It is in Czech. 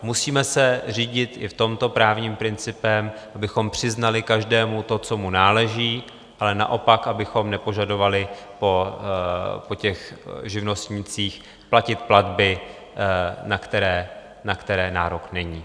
Musíme se řídit i v tomto právním principem, abychom přiznali každému to, co mu náleží, ale naopak abychom nepožadovali po těch živnostnících platit platby, na které nárok není.